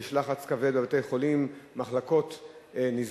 שיש לחץ כבד על בתי-חולים, מחלקות נסגרות,